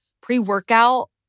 pre-workout